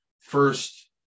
first